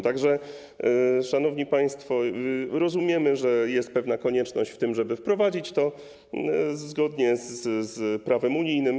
Tak że, szanowni państwo, rozumiemy, że jest pewna konieczność, żeby wprowadzić to zgodnie z prawem unijnym.